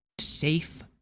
safe